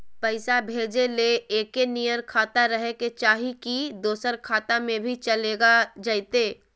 पैसा भेजे ले एके नियर खाता रहे के चाही की दोसर खाता में भी चलेगा जयते?